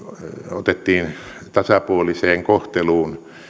otettiin tasapuoliseen kohteluun